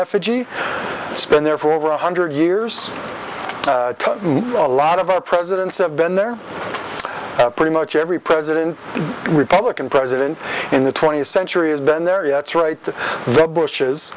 effigy spin there for over one hundred years a lot of our presidents have been there pretty much every president republican president in the twentieth century has been there yet right to the bush